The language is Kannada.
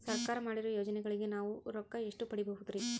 ಸರ್ಕಾರ ಮಾಡಿರೋ ಯೋಜನೆಗಳಿಗೆ ನಾವು ರೊಕ್ಕ ಎಷ್ಟು ಪಡೀಬಹುದುರಿ?